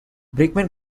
brickman